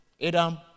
Adam